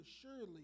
surely